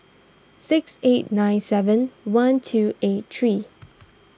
six eight nine seven one two eight three